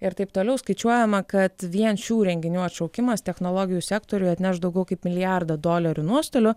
ir taip toliau skaičiuojama kad vien šių renginių atšaukimas technologijų sektoriui atneš daugiau kaip milijardą dolerių nuostolių